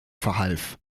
verhalf